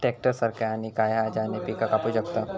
Tractor सारखा आणि काय हा ज्याने पीका कापू शकताव?